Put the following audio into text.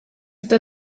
eta